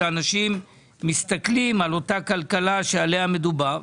איך אנשים מסתכלים על אותה כלכלה שעליה מדובר.